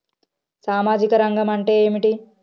సామాజిక రంగం అంటే ఏమిటి?